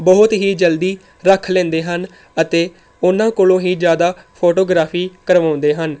ਬਹੁਤ ਹੀ ਜਲਦੀ ਰੱਖ ਲੈਂਦੇ ਹਨ ਅਤੇ ਉਹਨਾਂ ਕੋਲੋਂ ਹੀ ਜ਼ਿਆਦਾ ਫੋਟੋਗ੍ਰਾਫ਼ੀ ਕਰਵਾਉਂਦੇ ਹਨ